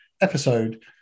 episode